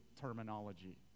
terminology